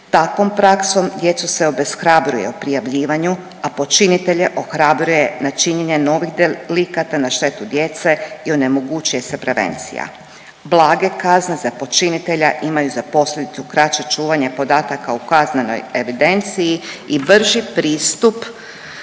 Takvom praksom djecu se obeshrabruje o prijavljivanju, a počinitelje ohrabruje na činjenje novih delikata na štetu djece i onemogućuje se prevencija. Blage kazne za počinitelja imaju za posljedicu kraće čuvanje podataka u kaznenoj evidenciji i brži pristup